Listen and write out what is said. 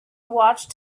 watched